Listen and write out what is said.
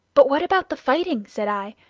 but what about the fighting? said i,